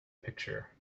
picture